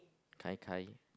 Kai-Kai